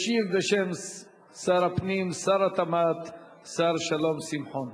ישיב בשם שר הפנים שר התמ"ת, השר שלום שמחון.